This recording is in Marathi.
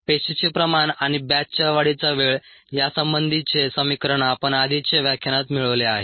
पेशीचे प्रमाण आणि बॅचच्या वाढीचा वेळ यासंबंधीचे समीकरण आपण आधीच्या व्याख्यानात मिळवले आहे